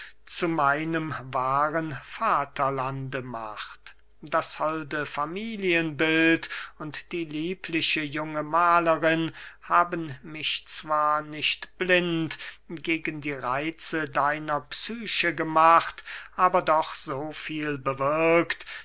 zu meinem wahren vaterlande macht das holde familienbild und die liebliche junge mahlerin haben mich zwar nicht blind gegen die reitze deiner psyche gemacht aber doch so viel bewirkt